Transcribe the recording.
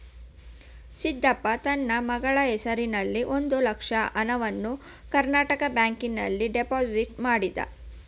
ಸಿದ್ದಪ್ಪ ತನ್ನ ಮಗಳ ಹೆಸರಿನಲ್ಲಿ ಒಂದು ಲಕ್ಷ ಹಣವನ್ನು ಕರ್ನಾಟಕ ಬ್ಯಾಂಕ್ ನಲ್ಲಿ ಫಿಕ್ಸಡ್ ಡೆಪೋಸಿಟ್ ಮಾಡಿದ